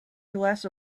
glass